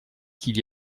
qu’il